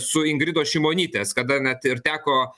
su ingridos šimonytės kada net ir teko